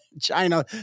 China